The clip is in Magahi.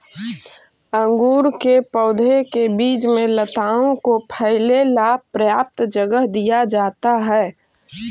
अंगूर के पौधों के बीच में लताओं को फैले ला पर्याप्त जगह दिया जाता है